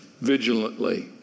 vigilantly